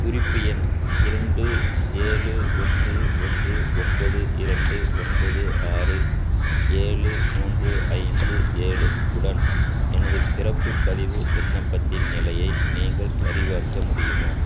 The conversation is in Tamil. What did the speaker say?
குறிப்பு எண் இரண்டு ஏழு ஒன்று ஒன்று ஒன்பது இரண்டு ஒன்பது ஆறு ஏழு மூன்று ஐந்து ஏழு உடன் எனது பிறப்பு பதிவு விண்ணப்பத்தின் நிலையை நீங்கள் சரிபார்க்க முடியுமா